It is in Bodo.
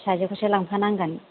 फिसाजोखौसो लांफा नांगोन